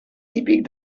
típic